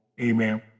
amen